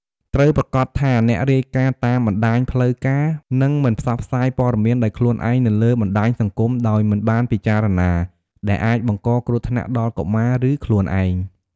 ត្រូវប្រាកដថាអ្នករាយការណ៍តាមបណ្ដាញផ្លូវការ និងមិនផ្សព្វផ្សាយព័ត៌មានដោយខ្លួនឯងនៅលើបណ្ដាញសង្គមដោយមិនបានពិចារណា ដែលអាចបង្កគ្រោះថ្នាក់ដល់កុមារ ឬខ្លួនឯង។